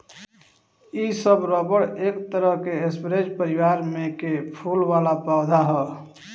इ सब रबर एक तरह के स्परेज परिवार में के फूल वाला पौधा ह